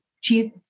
chief